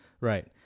Right